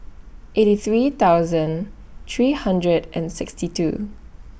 eighty three thousand three hundred and sixty two